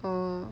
orh